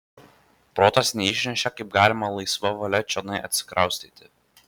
protas neišnešė kaip galima laisva valia čionai atsikraustyti